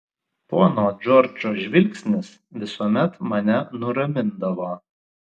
pono džordžo žvilgsnis visuomet mane nuramindavo